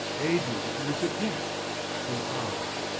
aid me in this attempt and i,